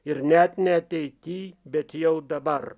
ir net ne ateity bet jau dabar